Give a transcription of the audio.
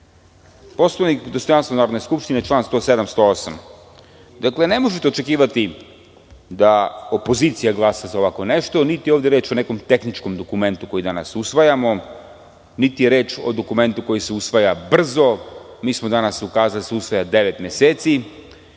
Poslovnik, dostojanstvo Narodne skupštine, član 107, 108.Dakle, ne možete očekivati da opozicija glasa za ovako nešto i niti je ovde reč o nekom tehničkom dokumentu koji danas usvajamo, niti je reč o dokumentu koji se usvaja brzo. Mi smo danas ukazali da se usvaja devet meseci